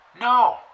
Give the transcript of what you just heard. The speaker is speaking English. No